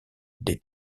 des